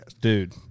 dude